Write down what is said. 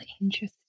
Interesting